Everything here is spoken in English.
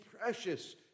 precious